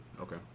Okay